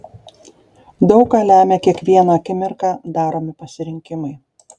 daug ką lemią kiekvieną akimirką daromi pasirinkimai